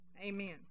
Amen